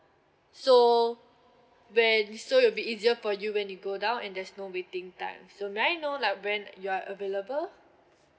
so when so it'll be easier for you when you go down and there's no waiting time so may I know like when you are available